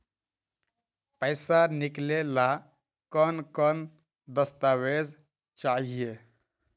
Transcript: पैसा निकले ला कौन कौन दस्तावेज चाहिए?